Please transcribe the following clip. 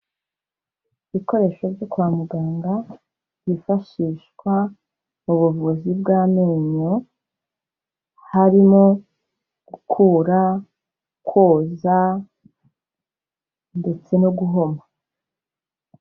Ibikoresho byo kwa muganga, byifashishwa mu buvuzi bw'amenyo, harimo gukura, kwoza ndetse no guhoma.